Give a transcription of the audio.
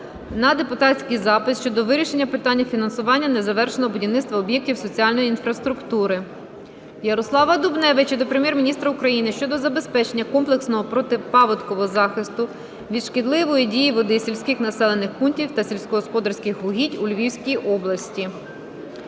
на депутатський запит "Щодо вирішення питання фінансування незавершеного будівництва об'єктів соціальної інфраструктури". Ярослава Дубневича до Прем'єр-міністра України щодо забезпечення комплексного протипаводкового захисту від шкідливої дії вод сільських населених пунктів та сільськогосподарських угідь у Львівській області.